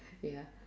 ya